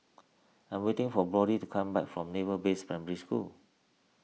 I am waiting for Brody to come back from Naval Base Primary School